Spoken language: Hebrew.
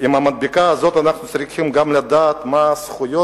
עם המדבקה הזאת אנחנו צריכים גם לדעת מה הזכויות